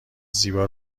زیبا